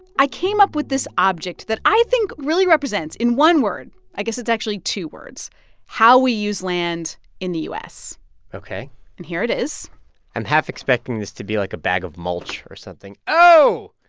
i came up with this object that i think really represents, in one word i guess it's actually two words how we use land in the u s ok and here it is i'm half expecting this to be, like, a bag of mulch or something oh,